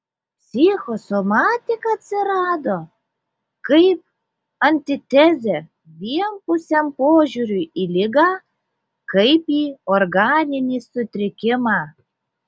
psichosomatika atsirado kaip antitezė vienpusiam požiūriui į ligą kaip į organinį sutrikimą